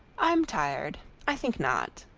i'm tired i think not.